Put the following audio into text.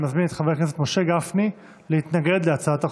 אני מזמין את חבר הכנסת משה גפני להתנגד להצעת החוק.